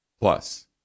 Plus